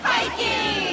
Hiking